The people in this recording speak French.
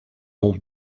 mon